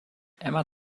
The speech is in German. emma